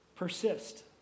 Persist